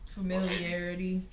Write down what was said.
familiarity